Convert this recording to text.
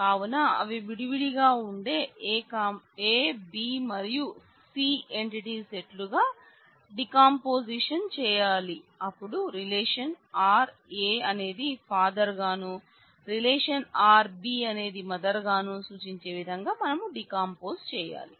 కావున అవి విడివిడిగా ఉండే A B మరియు C ఎంటిటీ సెట్లు RA అనేది ఫాదర్ గాను రిలేషన్ RB అనేది మదర్ గానూ సూచించేవిధంగా మనం డీకంపోజ్ చేయాలి